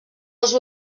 els